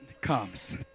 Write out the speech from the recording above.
comes